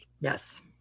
Yes